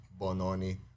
Bononi